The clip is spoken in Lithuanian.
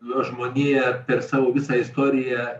žmonija per savo visą istoriją